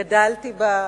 גדלתי בה,